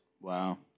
Wow